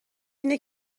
اینه